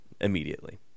immediately